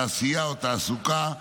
תעשייה או תעסוקה,